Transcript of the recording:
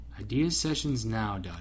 Ideasessionsnow.com